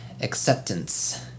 acceptance